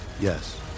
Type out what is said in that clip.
Yes